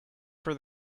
for